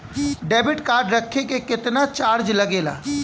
Debit card रखे के केतना चार्ज लगेला?